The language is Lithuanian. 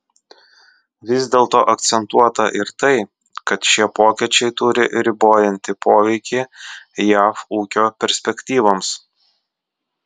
vis dėlto akcentuota ir tai kad šie pokyčiai turi ribojantį poveikį jav ūkio perspektyvoms